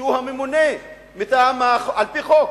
שהוא הממונה על-פי חוק,